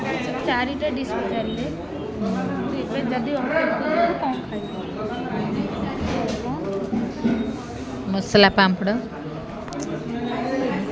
ଚାରିଟା ଡିସ୍ ପଚାରିଲେ ଯଦି ଅର୍ଡ଼ର କରିବେ କ'ଣ ଖାଇବେ ମସଲା ପାମ୍ପଡ଼